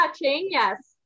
yes